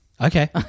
Okay